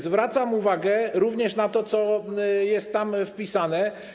Zwracam uwagę również na to, co jest tam wpisane.